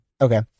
Okay